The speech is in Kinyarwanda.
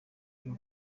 ryo